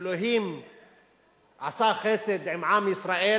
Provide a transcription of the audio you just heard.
שאלוהים עשה חסד עם עם ישראל